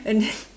and then